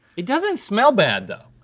it doesn't smell bad though.